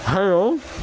hello